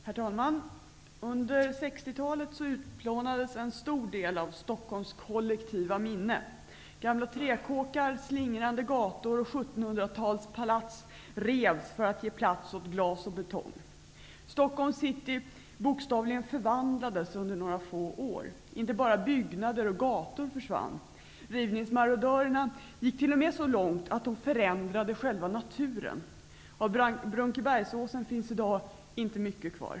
Herr talman! Under 60-talet utplånades en stor del av Stockholms kollektiva minne. Gamla träkåkar, slingrande gator och 1700-talspalats revs för att ge plats åt glas och betong. Stockholms city bokstavligen förvandlades under några få år. Inte bara byggnader och gator försvann. Rivningsmarodörerna gick t.o.m. så långt att de förändrade själva naturen. Av Brunkebergsåsen finns i dag inte mycket kvar.